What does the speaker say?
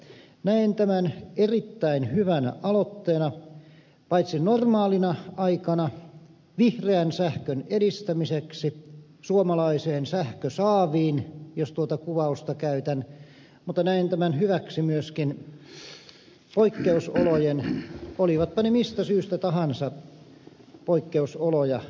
näen tämän erittäin hyvänä aloitteena paitsi normaalina aikana vihreän sähkön edistämiseksi suomalaiseen sähkösaaviin jos tuota kuvausta käytän mutta myöskin poikkeusolojen varalta olivatpa ne mistä syystä tahansa